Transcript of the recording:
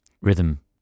rhythm